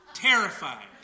Terrified